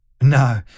No